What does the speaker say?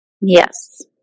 yes